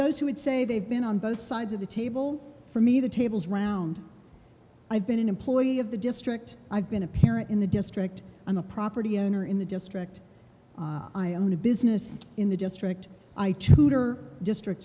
those who would say they've been on both sides of the table for me the tables round i've been an employee of the district i've been a parent in the district i'm a property owner in the district i own a business in the district or district